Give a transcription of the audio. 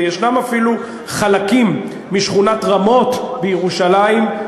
ויש אפילו חלקים משכונת רמות בירושלים,